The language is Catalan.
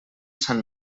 sant